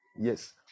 yes